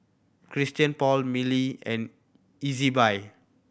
Christian Paul Mili and Ezbuy